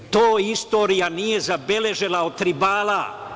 To istorija nije zabeležila od Tribala.